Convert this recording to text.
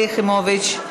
חברת הכנסת שלי יחימוביץ,